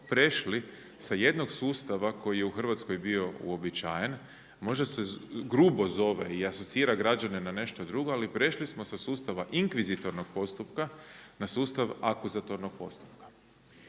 prešli sa jednog sustava koji je u Hrvatskoj bio uobičajen možda se grubo zove i asocira građane na nešto drugo. Ali prešli smo sa sustava inkvizitornog postupka, na sustav akuzatornog postupka.